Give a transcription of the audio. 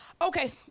Okay